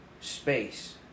space